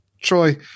Troy